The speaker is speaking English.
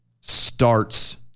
starts